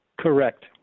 Correct